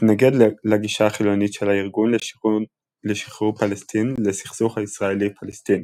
התנגד לגישה החילונית של הארגון לשחרור פלסטין לסכסוך הישראלי-פלסטיני.